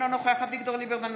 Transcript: אינו נוכח אביגדור ליברמן,